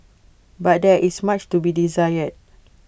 but there is much to be desired